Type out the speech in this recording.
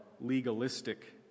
legalistic